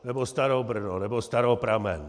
Nebo Starobrno nebo Staropramen.